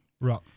Right